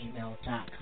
gmail.com